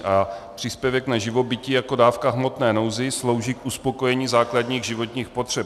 A příspěvek na živobytí jako dávka v hmotné nouzi slouží k uspokojení základních životních potřeb.